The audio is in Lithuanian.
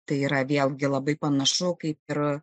tai yra vėlgi labai panašu kaip ir